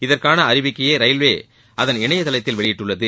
இதற்கான அறிவிக்கையை ரயில்வே அதன் இணையதளத்தில் வெளியிட்டுள்ளது